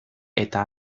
eta